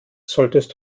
solltest